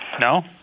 no